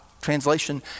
Translation